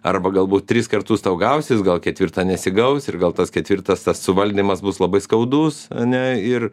arba galbūt tris kartus tau gausis gal ketvirtą nesigaus ir gal tas ketvirtas tas suvaldymas bus labai skaudus ane ir